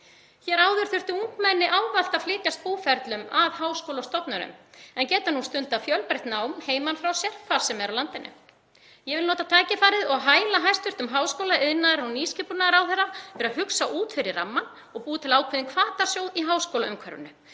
Hér áður þurftu ungmenni ávallt að flytjast búferlum að háskólastofnunum en geta nú stundað fjölbreytt nám heiman frá sér hvar sem er á landinu. Ég vil nota tækifærið og hæla hæstv. háskóla-, iðnaðar- og nýsköpunarráðherra fyrir að hugsa út fyrir rammann og búa til ákveðinn hvatasjóð í háskólaumhverfinu.